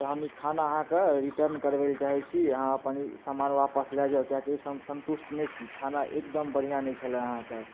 तऽ हम ई खाना अहाँके रिटर्न करबै ले चाहै छी अहाँ अपन सामान वापस लाए जाउ किएकि एहि सऽ हम संतुष्ट नहि छी खाना एकदम बढ़िऑं नहि छलए हैं अहाँके